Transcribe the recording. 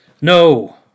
No